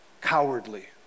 cowardly